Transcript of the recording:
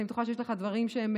אני בטוחה שיש לך דברים שהם